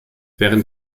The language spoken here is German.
während